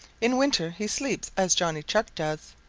in winter he sleeps as johnny chuck does,